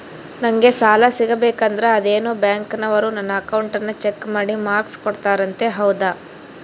ನಂಗೆ ಸಾಲ ಸಿಗಬೇಕಂದರ ಅದೇನೋ ಬ್ಯಾಂಕನವರು ನನ್ನ ಅಕೌಂಟನ್ನ ಚೆಕ್ ಮಾಡಿ ಮಾರ್ಕ್ಸ್ ಕೋಡ್ತಾರಂತೆ ಹೌದಾ?